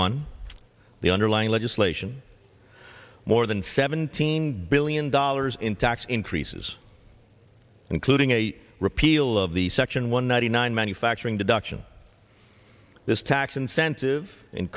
one the underlying legislation more than seventeen billion dollars in tax increases including a repeal of the section one ninety nine manufacturing deduction this tax incentive